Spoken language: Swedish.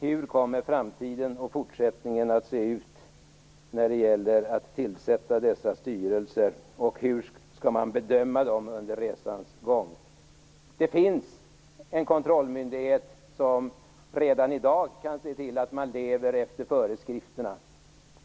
Hur kommer framtiden att se ut när det gäller att tillsätta dessa styrelser, och hur skall man bedöma dem under resans gång? Det finns en kontrollmyndighet som redan i dag kan se till att man lever efter föreskrifterna.